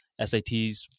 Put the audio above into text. SATs